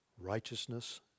righteousness